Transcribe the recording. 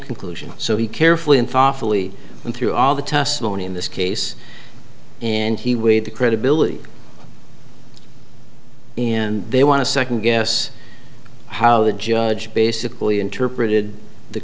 conclusion so he carefully and thoughtfully and through all the testimony in this case and he weighed the credibility and they want to second guess how the judge basically interpreted the